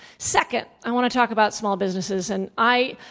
second, i want to talk about small businesses and i